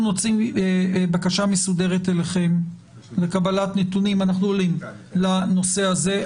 אנחנו נוציא בקשה מסודרת אליכם לקבלת נתונים לנושא הזה.